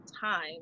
time